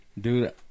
dude